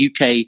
UK